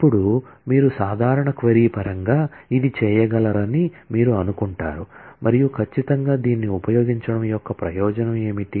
ఇప్పుడు మీరు సాధారణ క్వరీ పరంగా ఇది చేయగలరని మీరు అనుకుంటారు మరియు ఖచ్చితంగా దీన్ని ఉపయోగించడం యొక్క ప్రయోజనం ఏమిటి